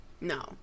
no